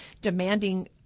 demanding